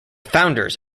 founders